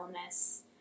illness